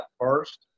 first